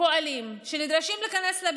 נדרשים להיכנס לבידוד,